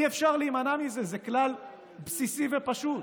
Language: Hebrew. אי-אפשר להימנע מזה, זה כלל בסיסי ופשוט.